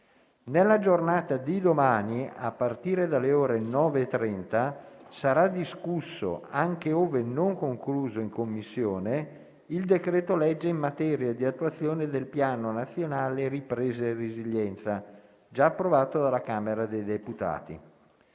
Nella giornata di domani, a partire dalle ore 9,30, sarà discusso, anche ove non concluso in Commissione, il decreto-legge in materia di attuazione del Piano nazionale di ripresa e resilienza, già approvato dalla Camera dei deputati.